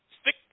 stick